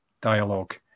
dialogue